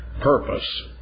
purpose